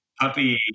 Puppy